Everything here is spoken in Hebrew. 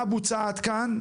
מה בוצע עד כאן?